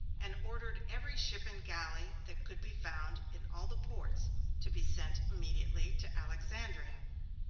and ordered every ship and galley that could be found in all the ports to be sent immediately to alexandria.